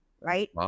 right